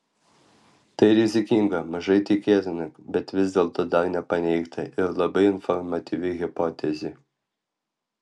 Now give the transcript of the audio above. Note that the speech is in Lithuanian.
tai rizikinga mažai tikėtina bet vis dėlto dar nepaneigta ir labai informatyvi hipotezė